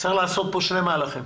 צריך לעשות פה שני מהלכים,